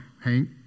Hank